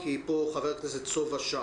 שאנחנו מדברים על כך שהמערכת כבר נפתחה.